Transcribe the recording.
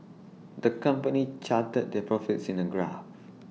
the company charted their profits in A graph